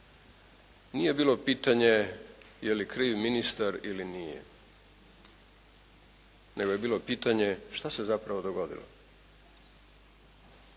nije bilo pitanje je li kriv ministar ili nije nego je bilo pitanje šta se zapravo dogodilo.